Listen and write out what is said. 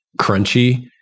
crunchy